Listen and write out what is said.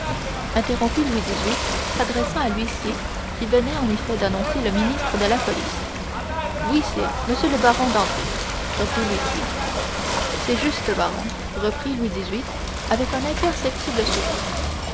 interrompit louis xviii s'adressant à l'huissier qui venait en effet d'annoncer le ministre de la police oui sire m le baron dandré reprit l'huissier c'est juste baron reprit louis xviii avec un imperceptible sourire